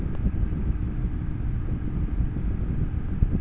আমার পুরনো power tiller বিক্রি করাতে অনলাইনে কিভাবে প্রচার করব?